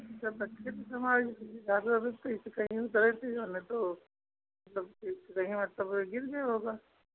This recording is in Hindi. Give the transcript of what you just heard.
जब रखे थे संभाल के कहीं उतरे थे जो है ना तो मतलब के कहीं मतलब गिर गया होगा